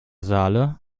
saale